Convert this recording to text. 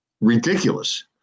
ridiculous